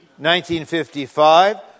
1955